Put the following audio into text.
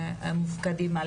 מטפלים?